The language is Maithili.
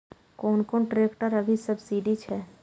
कोन कोन ट्रेक्टर अभी सब्सीडी छै?